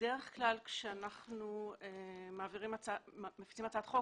בדרך כלל כאשר אנחנו מפיצים הצעת חוק,